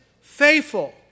faithful